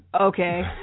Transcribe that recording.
Okay